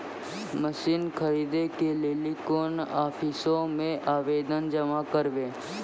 Machine खरीदै के लेली कोन आफिसों मे आवेदन जमा करवै?